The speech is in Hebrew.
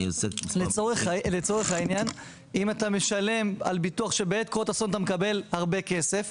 לצורך העניין אם אתה משלם על ביטוח שבעת קרות אסון אתה מקבל הרבה כסף,